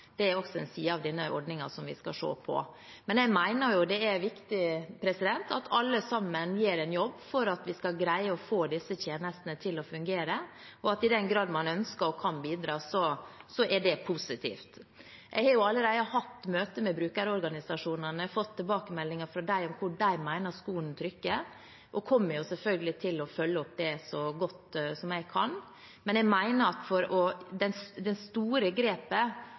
Det er også en side av denne ordningen som vi skal se på. Jeg mener det er viktig at alle sammen gjør en jobb for at vi skal greie å få disse tjenestene til å fungere, og i den grad man ønsker og kan bidra, er det positivt. Jeg har allerede hatt møte med brukerorganisasjonene og fått tilbakemeldinger fra dem om hvor de mener at skoen trykker, og kommer selvfølgelig til å følge opp det så godt jeg kan. Men for å ta det store grepet kreves det at